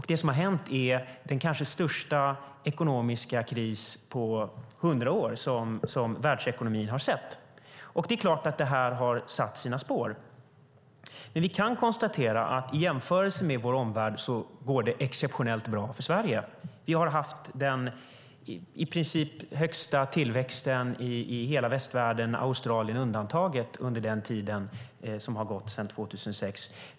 Det som har hänt är den kanske största ekonomiska kris som världsekonomin har sett på 100 år. Det är klart att det har satt sina spår. I jämförelse med vår omvärld går det exceptionellt bra för Sverige. Vi har haft den högsta tillväxten i hela västvärlden, Australien undantaget, sedan 2006.